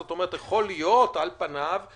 זאת אומרת, על פניו יכול להיות